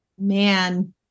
Man